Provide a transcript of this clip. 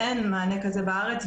אין מענה כזה בארץ,